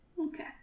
Okay